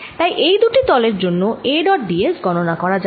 তাই এই দুটি তলের জন্য A ডট d s গণনা করা যাক